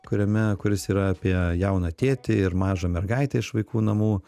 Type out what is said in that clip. kuriame kuris yra apie jauną tėtį ir mažą mergaitę iš vaikų namų